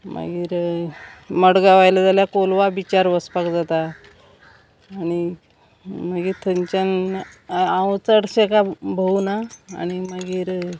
मागीर मडगांव आयलें जाल्यार कोलवा बिचार वचपाक जाता आनी मागीर थंच्यान हांव चडशें कांय भोवना आनी मागीर